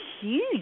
huge